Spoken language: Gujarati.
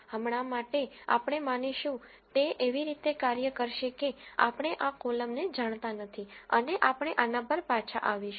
હમણાં માટે આપણે માનીશું તે એવી રીતે કાર્ય કરશે કે આપણે આ કોલમને જાણતા નથી અને આપણે આના પર પાછા આવીશું